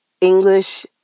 English